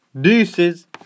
Deuces